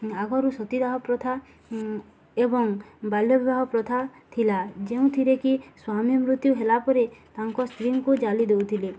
ଆଗରୁ ସତୀଦାହ ପ୍ରଥା ଏବଂ ବାଲ୍ୟ ବିବାହ ପ୍ରଥା ଥିଲା ଯେଉଁଥିରେ କି ସ୍ୱାମୀ ମୃତ୍ୟୁ ହେଲା ପରେ ତାଙ୍କ ସ୍ତ୍ରୀଙ୍କୁ ଜାଳି ଦଉଥିଲେ